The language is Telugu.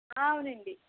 అవునండి